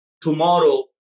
tomorrow